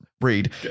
read